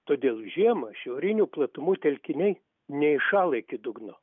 todėl žiemą šiaurinių platumų telkiniai neįšąla iki dugno